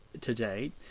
today